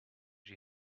she